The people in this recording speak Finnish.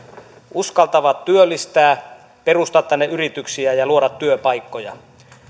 uskaltavat työllistää perustaa tänne yrityksiä ja ja luoda työpaikkoja